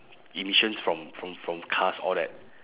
emissions from from from cars all that